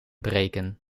breken